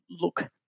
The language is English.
look